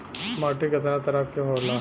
माटी केतना तरह के होला?